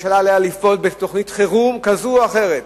על הממשלה לפעול בתוכנית חירום כזאת או אחרת,